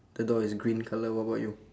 the door is green colour what about you